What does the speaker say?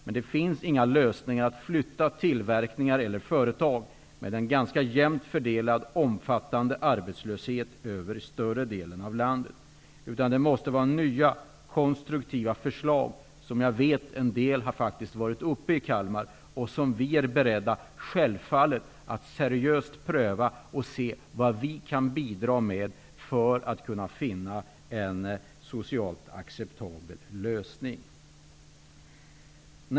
Men det finns inga lösningar när det gäller att flytta tillverkningar eller företag med tanke på den ganska jämnt fördelade och omfattande arbetslösheten i större delen av landet. I stället måste det handla om nya konstruktiva förslag, och jag vet att en del sådana varit aktuella i Kalmar. Självfallet är vi beredda att seriöst pröva förslagen för att se vad vi kan bidra med när det gäller att finna en socialt acceptabel lösning.